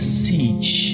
siege